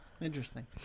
Interesting